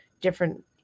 different